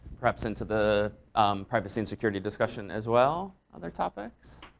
perhaps into the privacy and security discussion as well. other topics?